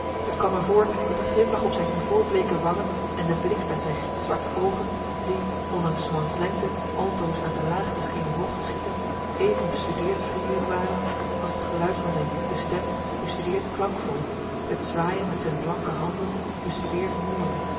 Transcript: het kwam me voor dat de glimlach op zijn ivoorbleeke wangen en de blik uit zijn gitzwarte oogen die ondanks s mans lengte altoos uit de laagte scheen omhoog te schieten even bestudeerd vriendelijk waren als het geluid van zijn diepe stem bestudeerd klankvol het zwaaien met zijn blanke handen bestudeerd mooi